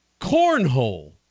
Cornhole